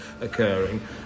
occurring